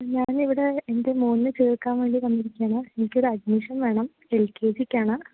ഞാനിവിടെ എൻ്റെ മകനെ ചേർക്കാൻ വേണ്ടി വന്നിരിക്കുകയാണ് എനിക്കൊരു അഡ്മിഷൻ വേണം എൽ കെ ജിക്കാണ്